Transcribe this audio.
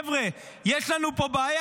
חבר'ה יש לנו פה בעיה.